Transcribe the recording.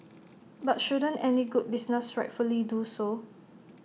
but shouldn't any good business rightfully do so